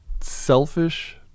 selfish